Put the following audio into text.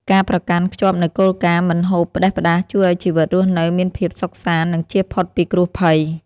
ការប្រកាន់ខ្ជាប់នូវគោលការណ៍មិនហូបផ្ដេសផ្ដាសជួយឱ្យជីវិតរស់នៅមានភាពសុខសាន្តនិងចៀសផុតពីគ្រោះភ័យ។